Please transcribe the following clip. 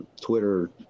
Twitter